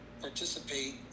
participate